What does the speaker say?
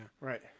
Right